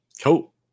Cool